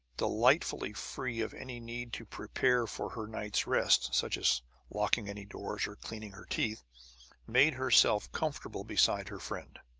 delightfully free of any need to prepare for her night's rest such as locking any doors or cleaning her teeth made herself comfortable beside her friend.